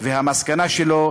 והמסקנה שלו,